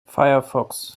firefox